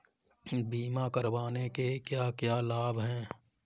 बीमा करवाने के क्या क्या लाभ हैं?